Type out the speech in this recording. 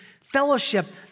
fellowship